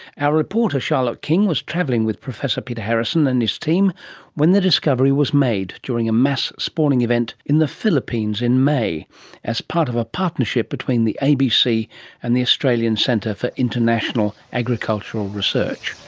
our reporter charlotte king was travelling with professor peter harrison and his team when the discovery was made during a mass spawning event in the philippines in may as part of a partnership between the abc and the australian centre for international agricultural research.